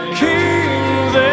kings